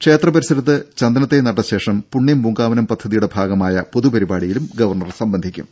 ക്ഷേത്ര പരിസരത്ത് ചന്ദനതൈ നട്ട ശേഷം പുണ്യം പൂങ്കാവനം പദ്ധതിയുടെ ഭാഗമായ പൊതുപരിപാടിയിലും ഗവർണർ സംബന്ധിക്കും